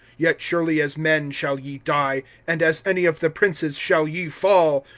yet surely as men shall ye die, and as any of the princes shall ye fall.